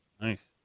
Nice